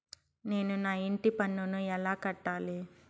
నేను నా ఇంటి పన్నును ఎలా కట్టాలి?